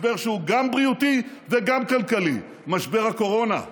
משבר שהוא גם בריאותי וגם כלכלי, משבר הקורונה.